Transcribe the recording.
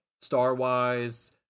Star-wise